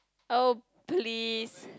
oh please